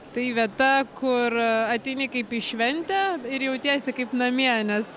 tai vieta kur ateini kaip į šventę ir jautiesi kaip namie nes